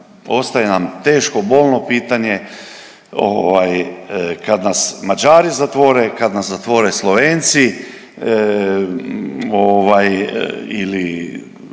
ostaje nam teško i bolno pitanje kad nas Mađari zatvore, kad nas zatvore Slovenci ili